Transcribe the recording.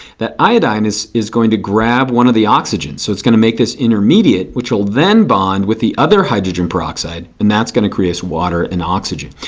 that iodide is is going to grab one of the oxygen. so it's going to make this intermediate which will then bond with the other hydrogen peroxide. and that's going to produce water and oxygen.